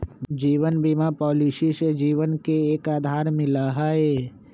जीवन बीमा पॉलिसी से जीवन के एक आधार मिला हई